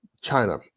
China